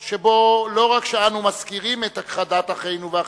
שבו לא רק אנו מזכירים את הכחדת אחינו ואחיותינו,